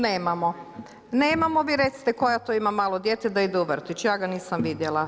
Nemamo, nemamo, vi recite koja to ima malo dijete da ide u vrtić, ja ga nisam vidjela.